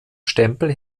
stempel